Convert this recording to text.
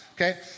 Okay